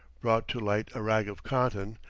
brought to light a rag of cotton,